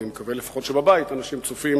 אני מקווה, לפחות, שבבית אנשים צופים